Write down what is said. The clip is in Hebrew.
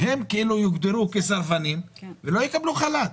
הם כאילו יוגדרו כסרבנים ולא יקבלו חל"ת,